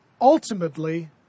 ultimately